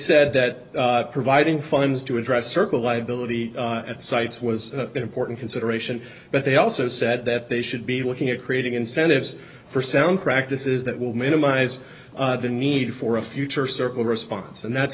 said that providing funds to address circle liability at sites was an important consideration but they also said that they should be looking at creating incentives for sound practices that will minimize the need for a future circle response and that's